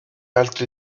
altri